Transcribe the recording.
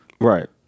right